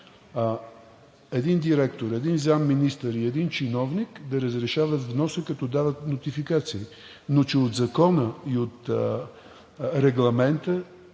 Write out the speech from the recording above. един директор, един заместник-министър, един чиновник да разрешават вноса, като дават нотификации, но че от Закона и от Регламента